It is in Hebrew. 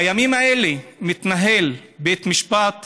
בימים אלה מתנהל משפט